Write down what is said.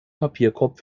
papierkorb